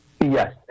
Yes